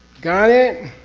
got it?